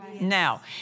Now